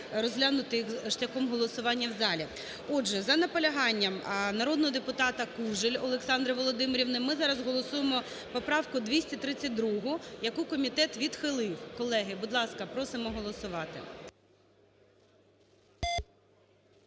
розглянути їх шляхом голосування в залі. Отже, за наполяганням народного депутата Кужель Олександри Володимирівни, ми зараз голосуємо поправку 232, яку комітет відхилив. Колеги, будь ласка, просимо голосувати.